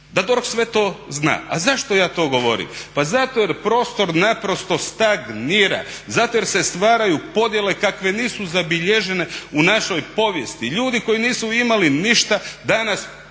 da DORH sve to zna. A zašto ja to govorim? Pa zato jer prostor naprosto stagnira, zato jer se stvaraju podjele kakve nisu zabilježene u našoj povijesti. Ljudi koji nisu imali ništa danas